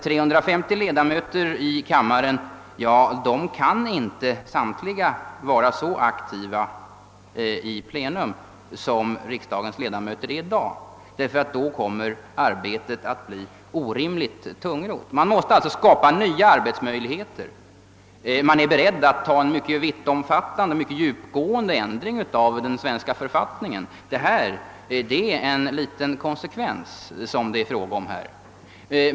300 ledamöter i kammaren kan inte samtliga vara så aktiva i plenum som riksdagens ledamöter är i dag, ty då kommer arbetet att bli orimligt tungrott. Man måste alltså skapa nya arbetsmöjligheter. Man är beredd att genomföra en mycket vittomfattande och djupgående ändring av den svenska författningen. Här är det fråga om en liten konsekvens av den stora reformen.